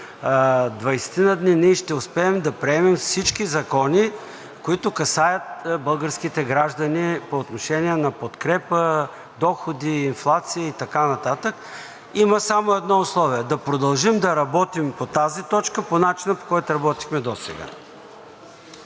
дни ние ще успеем да приемем всички закони, които касаят българските граждани по отношение на подкрепа, доходи, инфлация и така нататък. Има само едно условие – да продължим да работим по тази точка по начина, по който работихме досега.